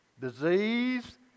disease